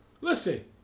Listen